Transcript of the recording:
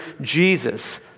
Jesus